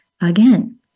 Again